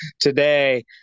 today